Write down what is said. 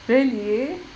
really